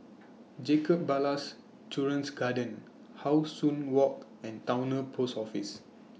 Jacob Ballas Children's Garden How Sun Walk and Towner Post Office